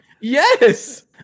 Yes